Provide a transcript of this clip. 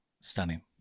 stunning